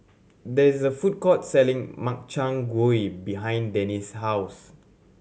there is a food court selling Makchang Gui behind Denise's house